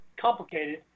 complicated